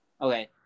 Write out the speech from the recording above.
Okay